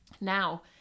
now